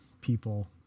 people